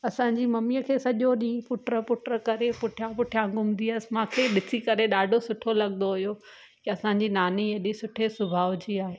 असांजी मम्मीअ खे सॼो ॾींहुं पुट पुट करे पुठियां घुमंदी हुयसि मूंखे ॾिसी करे ॾाढो सुठो लॻंदो हुयो की असांजी नानी एॾी सुठे सुभाउ जी आहे